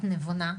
את נבונה,